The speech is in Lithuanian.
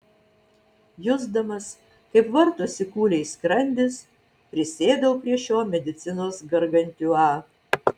jusdamas kaip vartosi kūliais skrandis prisėdau prie šio medicinos gargantiua